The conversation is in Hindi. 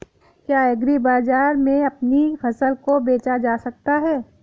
क्या एग्रीबाजार में अपनी फसल को बेचा जा सकता है?